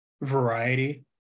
variety